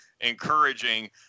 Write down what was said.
encouraging